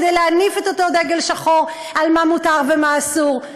כדי להניף את אותו דגל שחור על מה מותר ומה אסור,